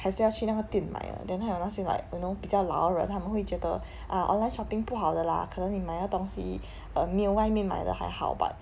还是要去那个店买的 then 还有那些 like you know 比较老的人他们会觉得 ah online shopping 不好的 lah 可能你买他东西没有比外面买的还好